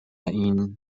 این